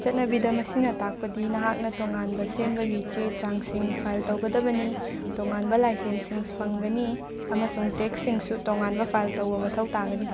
ꯆꯠꯅꯕꯤꯗ ꯃꯁꯤꯅ ꯇꯥꯛꯄꯗꯤ ꯅꯍꯥꯛꯅ ꯇꯣꯉꯥꯟꯕ ꯁꯦꯝꯕꯒꯤ ꯆꯦ ꯆꯥꯡꯁꯤꯡ ꯐꯥꯏꯜ ꯇꯧꯒꯗꯕꯅꯤ ꯇꯣꯉꯥꯟꯕ ꯂꯥꯏꯁꯦꯟꯁꯁꯤꯡ ꯐꯪꯒꯅꯤ ꯑꯃꯁꯨꯡ ꯇꯦꯛꯁꯁꯤꯡꯁꯨ ꯇꯣꯉꯥꯟꯕ ꯐꯥꯏꯜ ꯇꯧꯕ ꯃꯊꯧ ꯇꯥꯒꯅꯤ